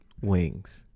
wings